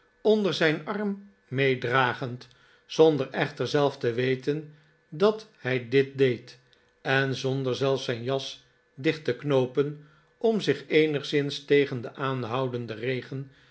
onder zijn arm meedragend zonder echter zelf te weten dat hij dit deed en zonder zelfs zijn jas dicht te knoopen om zich eenigszins tegen den aanhoudenden regen